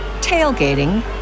tailgating